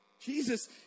Jesus